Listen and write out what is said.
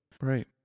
Right